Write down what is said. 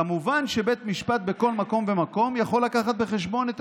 כמובן שבית משפט בכל מקום ומקום יכול להביא בחשבון את